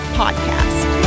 podcast